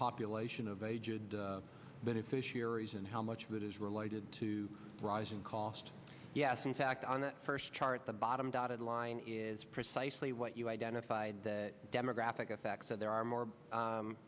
population of aged beneficiaries and how much of that is related to rising cost yes in fact on that first chart the bottom dotted line is precisely what you identified that demographic effect so there are more